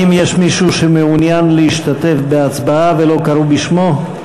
האם יש מישהו שמעוניין להשתתף בהצבעה ולא קראו בשמו?